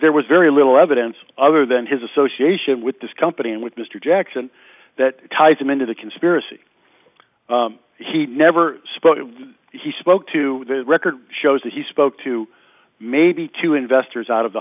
there was very little evidence other than his association with this company and with mr jackson that ties him into the conspiracy he never spoke he spoke to his record shows that he spoke to maybe two investors out of the